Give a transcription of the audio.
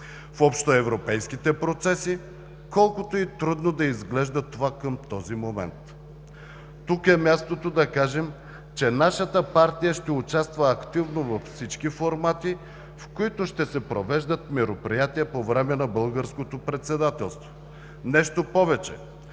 в общоевропейските процеси, колкото и трудно да изглежда това към този момент. Тук е мястото да кажем, че нашата партия ще участва активно във всички формати, в които ще се провеждат мероприятия по време на Българското председателство. Нещо повече –